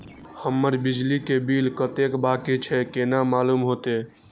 हमर बिजली के बिल कतेक बाकी छे केना मालूम होते?